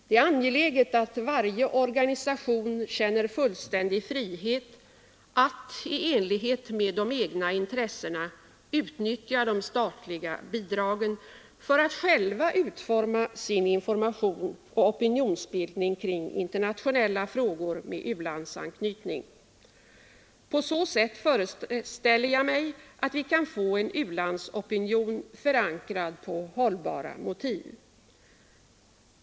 Det är angeläget att varje organisation känner fullständig frihet att — i enlighet med de egna intressena — utnyttja de statliga bidragen för att själva utforma sin information och opinionsbildning kring internationella frågor med u-landsanknytning. På så sätt föreställer jag mig att vi kan få en u-landsopinion, förankrad på hållbara motiv.